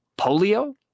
polio